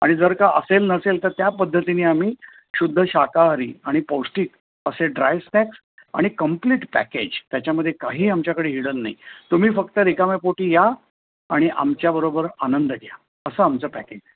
आणि जर का असेल नसेल तर त्या पद्धतीने आम्ही शुद्ध शाकाहारी आणि पौष्टिक असे ड्राय स्नॅक्स आणि कंप्लीट पॅकेज त्याच्यामध्ये काही आमच्याकडे हिडन नाही तुम्ही फक्त रिकाम्या पोटी या आणि आमच्याबरोबर आनंद घ्या असं आमचं पॅकेज आहे